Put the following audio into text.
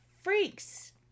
freaks